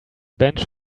bench